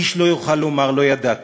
איש לא יכול לומר "לא ידעתי".